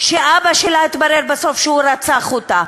שאבא שלה, התברר בסוף, רצח אותה.